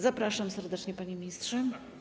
Zapraszam serdecznie, panie ministrze.